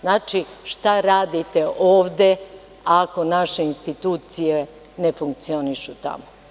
Znači, šta radite ovde ako naše institucije ne funkcionišu tamo?